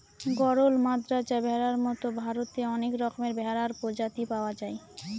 গরল, মাদ্রাজ ভেড়ার মতো ভারতে অনেক রকমের ভেড়ার প্রজাতি পাওয়া যায়